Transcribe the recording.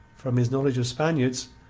from his knowledge of spaniards,